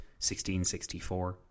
1664